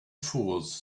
fools